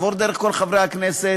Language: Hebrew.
עבור דרך כל חברי הכנסת,